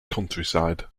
countryside